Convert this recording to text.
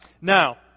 Now